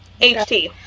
HT